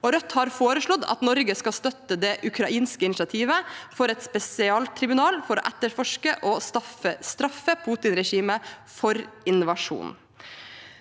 Rødt har foreslått at Norge skal støtte det ukrainske initiativet til et spesialtribunal for å etterforske og straffe Putin-regimet for invasjonen.